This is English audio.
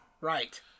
Right